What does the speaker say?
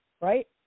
right